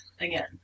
again